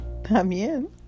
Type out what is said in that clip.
también